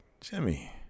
Jimmy